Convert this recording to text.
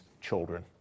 children